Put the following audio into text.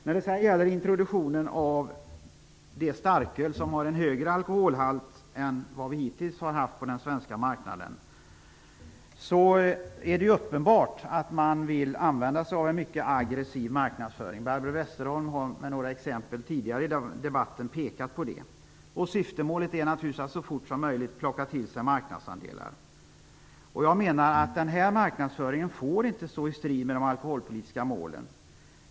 När det sedan gäller produktionen av det starköl som har en högre alkoholhalt än vad vi hittills har haft på den svenska marknaden, är det uppenbart att man vill använda sig av en mycket aggressiv marknadsföring. Barbro Westerholm har med några exempel tidigare i debatten pekat på det. Syftemålet är naturligtvis att så fort som möjligt plocka till sig marknadsandelar. Jag menar att den här marknadsföringen inte får stå i strid med de alkoholpolitiska målen.